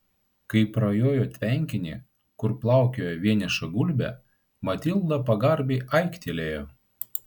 kai prajojo tvenkinį kur plaukiojo vieniša gulbė matilda pagarbiai aiktelėjo